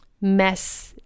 mess